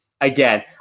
again